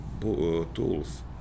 tools